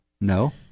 No